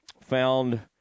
found